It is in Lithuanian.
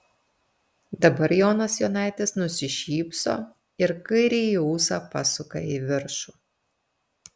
dabar jonas jonaitis nusišypso ir kairįjį ūsą pasuka į viršų